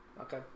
Okay